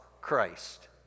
Christ